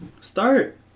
start